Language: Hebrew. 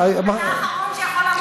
אתה האחרון שיכול לעמוד כאן,